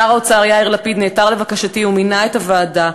שר האוצר יאיר לפיד נעתר לבקשתי ומינה את הוועדה.